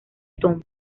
tom